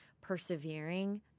persevering